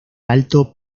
alto